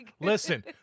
Listen